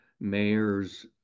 mayors